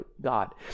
God